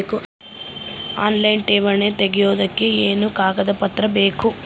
Online ಠೇವಣಿ ತೆಗಿಯೋದಕ್ಕೆ ಏನೇನು ಕಾಗದಪತ್ರ ಬೇಕು?